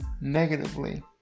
negatively